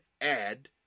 add